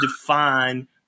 define